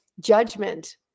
judgment